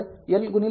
L हे ०